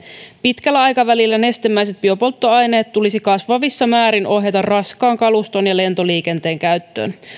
pitkällä aikavälillä tulisi nestemäiset biopolttoaineet kasvavassa määrin ohjata raskaan kaluston ja lentoliikenteen käyttöön